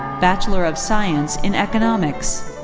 bachelor of science in economics.